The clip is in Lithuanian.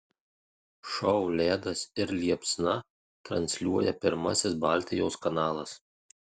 šou ledas ir liepsna transliuoja pirmasis baltijos kanalas